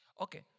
Okay